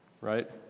right